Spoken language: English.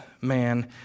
man